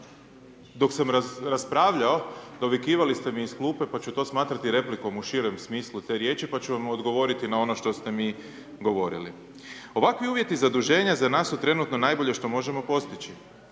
Dok sam raspravljao, dovikivali ste mi iz klupe, pa ću to smatrati replikom u širem smislu te riječi, pa ću vam odgovoriti na ono što ste mi govorili. Ovakvi uvjeti zaduženja za nas su trenutno najbolje što možemo postići,